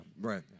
Right